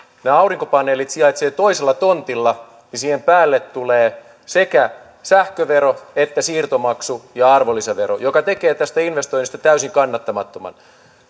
ne aurinkopaneelit sijaitsevat toisella tontilla niin siihen päälle tulee sekä sähkövero että siirtomaksu ja arvonlisävero mikä tekee tästä investoinnista täysin kannattamattoman